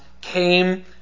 came